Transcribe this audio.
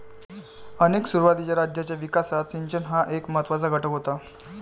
अनेक सुरुवातीच्या राज्यांच्या विकासात सिंचन हा एक महत्त्वाचा घटक होता